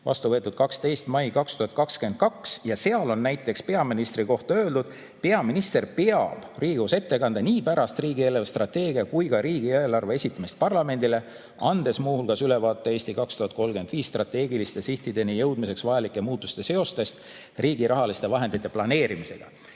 võeti vastu 12. mail 2022, ja seal on näiteks peaministri kohta öeldud, et peaminister peab Riigikogus ettekande nii pärast riigi eelarvestrateegia kui ka riigieelarve esitamist parlamendile, andes muu hulgas ülevaate "Eesti 2035" strateegiliste sihtideni jõudmiseks vajalike muudatuste seostest riigi rahaliste vahendite planeerimisega.